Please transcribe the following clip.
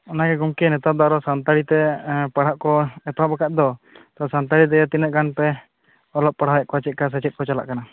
ᱚᱱᱟ ᱜᱮ ᱜᱚᱢᱠᱮ ᱱᱮᱛᱟᱨ ᱫᱚ ᱟᱨᱚ ᱥᱟᱱᱛᱟᱲᱤ ᱛᱮ ᱯᱟᱲᱦᱟᱜ ᱠᱚ ᱮᱛᱚᱦᱚᱵ ᱟᱠᱟᱫ ᱫᱚ ᱥᱟᱱᱛᱟᱲᱤᱛᱮ ᱛᱤᱱᱟᱹᱜᱟᱱ ᱯᱮ ᱚᱞᱚᱜ ᱯᱟᱲᱦᱟᱣ ᱮᱫ ᱠᱚᱣᱟ ᱪᱮᱫ ᱞᱮᱠᱟ ᱥᱮᱪᱮᱫ ᱠᱚ ᱪᱟᱞᱟᱜ ᱠᱟᱱᱟ